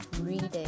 reading